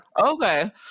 okay